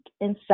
inside